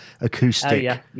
acoustic